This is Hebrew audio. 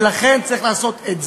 ולכן, צריך לעשות את זה,